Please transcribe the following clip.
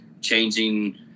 changing